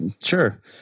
Sure